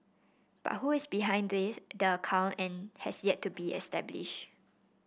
but who is behind this the account and has yet to be established